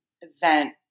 event